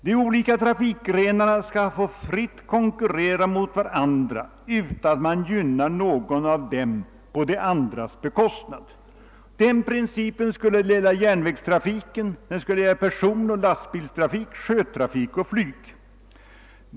De olika trafikgrenar na skall få fritt konkurrera med varand: ra utan att man gynnar någon av dem på de andras bekostnad. Den principen skulle gälla järnvägstrafiken, personoch lastbilstrafiken, sjötrafiken samt flygtrafiken.